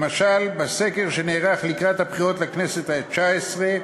למשל, בסקר שנערך לקראת הבחירות לכנסת התשע-עשרה